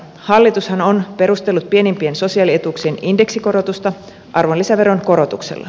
hallitushan on perustellut pienimpien sosiaalietuuksien indeksikorotusta arvonlisäveron korotuksella